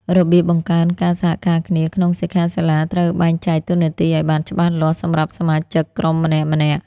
របៀបបង្កើនការសហការគ្នាក្នុងសិក្ខាសាលាត្រូវបែងចែកតួនាទីឲ្យបានច្បាស់លាស់សម្រាប់សមាជិកក្រុមម្នាក់ៗ។